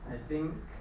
I think